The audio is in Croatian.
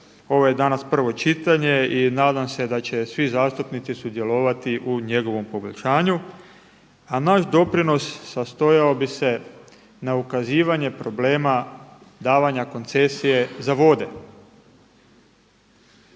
Ovo je danas prvo čitanje i nadam se da će svi zastupnici sudjelovati u njegovom poboljšanju, a naš doprinos sastojao bi se na ukazivanje problema davanja koncesije za vode.